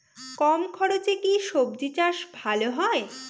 কম খরচে কি সবজি চাষ ভালো হয়?